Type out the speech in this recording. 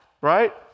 right